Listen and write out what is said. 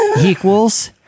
equals